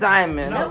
Diamond